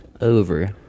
Over